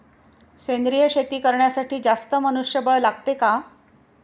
सेंद्रिय शेती करण्यासाठी जास्त मनुष्यबळ लागते का?